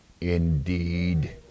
indeed